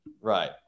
right